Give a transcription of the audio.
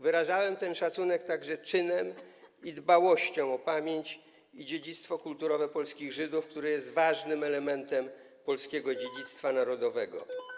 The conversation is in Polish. Wyrażałem ten szacunek także czynem i dbałością o pamięć i dziedzictwo kulturowe polskich Żydów, które jest ważnym elementem polskiego dziedzictwa narodowego.